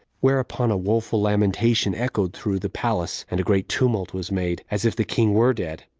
whereupon a woeful lamentation echoed through the palace, and a great tumult was made, as if the king were dead.